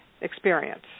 experience